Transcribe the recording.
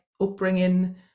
upbringing